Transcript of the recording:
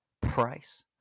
price